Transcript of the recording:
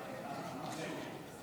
את מפריעה לניהול הישיבה.